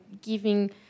giving